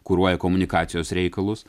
kuruoja komunikacijos reikalus